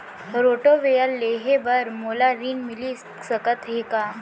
Rotavator लेहे बर मोला ऋण मिलिस सकत हे का?